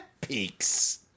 Peaks